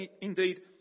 indeed